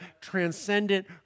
transcendent